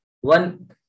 One